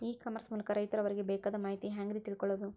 E commerce ಮೂಲಕ ರೈತರು ಅವರಿಗೆ ಬೇಕಾದ ಮಾಹಿತಿ ಹ್ಯಾಂಗ ರೇ ತಿಳ್ಕೊಳೋದು?